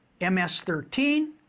MS-13